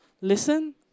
Listen